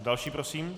Další prosím.